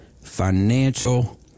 financial